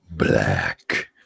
Black